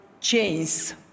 chains